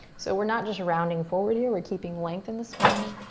so we're not just rounding forward, here. we're keeping length in the spine,